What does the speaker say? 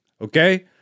okay